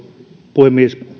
puhemies